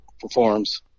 performs